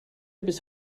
bis